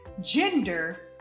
gender